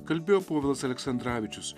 kalbėjo povilas aleksandravičius